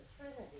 Trinity